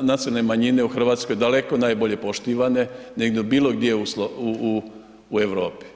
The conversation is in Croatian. nacionalne manjine u Hrvatskoj daleko najbolje poštivane nego bilo gdje u Europi.